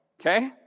Okay